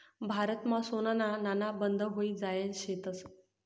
भारतमा सोनाना नाणा बंद व्हयी जायेल शेतंस